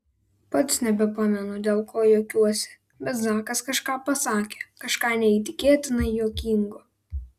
pats nebepamenu dėl ko juokiuosi bet zakas kažką pasakė kažką neįtikėtinai juokingo